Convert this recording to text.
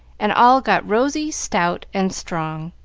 and all got rosy, stout, and strong,